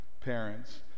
parents